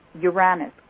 Uranus